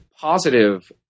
positive